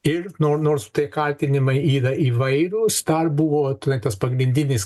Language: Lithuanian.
ir nor nors tie kaltinimai yra įvairūs dar buvo atliktas pagrindinis